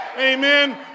Amen